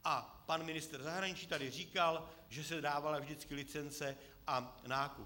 A pan ministr zahraničí tady říkal, že se dávala vždycky licence a nákup.